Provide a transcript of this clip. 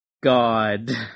God